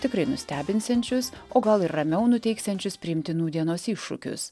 tikrai nustebinsiančius o gal ir ramiau nutiksiančius priimti nūdienos iššūkius